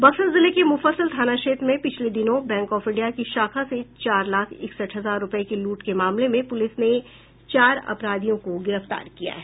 बक्सर जिले के मुफस्सिल थाना क्षेत्र में पिछले दिनों बैंक ऑफ इंडिया की शाखा से चार लाख इकसठ हजार रूपये की लूट के मामले में प्रलिस ने चार अपराधियों को गिरफ्तार किया है